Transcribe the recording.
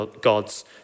God's